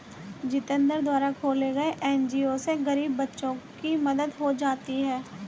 जितेंद्र द्वारा खोले गये एन.जी.ओ से गरीब बच्चों की मदद हो जाती है